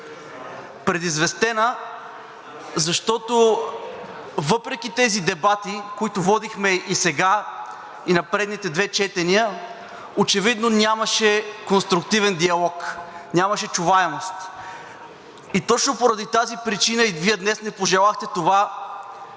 Предизвестена, защото въпреки тези дебати, които водехме и сега, и на предните две четения, очевидно нямаше конструктивен диалог, нямаше чуваемост. И точно поради тази причина и Вие днес не пожелахте това